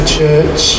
church